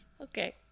Okay